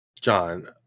John